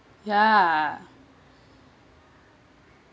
yeah